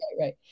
right